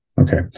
Okay